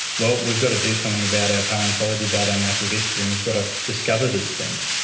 well, we've got to do something about our palaeontology, about our natural history, and we've got to discover these things,